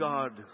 God